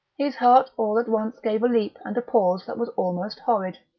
his heart all at once gave a leap and a pause that was almost horrid.